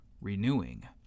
renewing